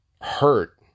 hurt